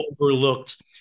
overlooked